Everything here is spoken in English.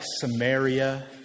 Samaria